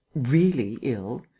really ill,